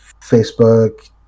Facebook